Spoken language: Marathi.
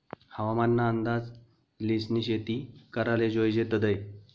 हवामान ना अंदाज ल्हिसनी शेती कराले जोयजे तदय